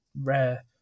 rare